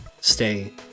Stay